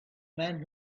men